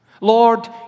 Lord